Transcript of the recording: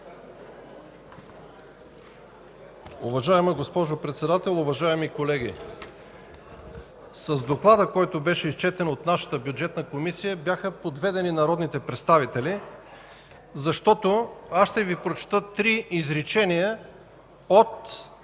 Уважаема госпожо Председател, уважаеми колеги! С доклада, който беше изчетен от нашата Бюджетна комисия, бяха подведени народните представители. Аз ще Ви прочета три изречения от